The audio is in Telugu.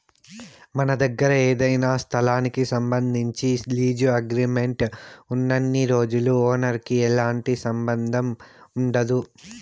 మన దగ్గర ఏదైనా స్థలానికి సంబంధించి లీజు అగ్రిమెంట్ ఉన్నన్ని రోజులు ఓనర్ కి ఎలాంటి సంబంధం ఉండదు